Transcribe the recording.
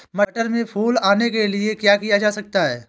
मटर में फूल आने के लिए क्या किया जा सकता है?